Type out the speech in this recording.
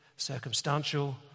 Circumstantial